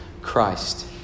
Christ